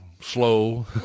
slow